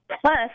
Plus